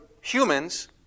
humans